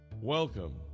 Welcome